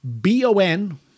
B-O-N